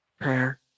prayer